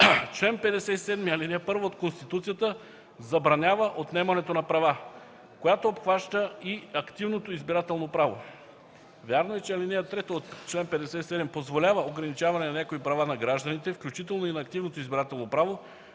чл. 57, ал. 1 от Конституцията забранява отнемането на права, която обхваща и активното избирателно право. Вярно е, че ал. 3 от чл. 57 позволява ограничаване на някои права на гражданите, включително и на активното избирателно право,